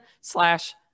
slash